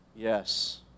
Yes